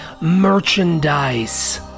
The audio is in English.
merchandise